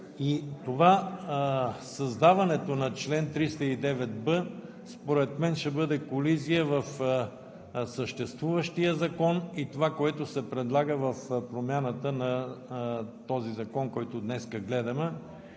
Създаването на чл. 309б според мен ще бъде колизия в съществуващия Закон и това, което се предлага в промяната на този закон, който днес гледаме.